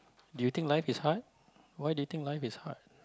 do you think life is hard why do you think life is hard